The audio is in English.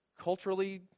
culturally